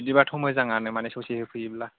बिदिबाथ' मोजांआनो माने ससे होफैयोब्ला